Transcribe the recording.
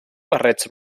barrets